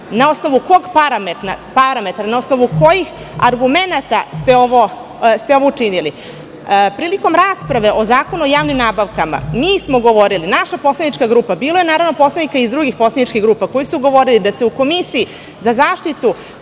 na osnovu kog parametra, na osnovu kojih argumenata ste ovo učinili. Prilikom rasprave o Zakonu o javnim nabavkama, govorili smo, naša poslanička grupa, bilo je naravno poslanika iz drugih poslaničkih grupa koji su govorili da se u Komisiji za zaštitu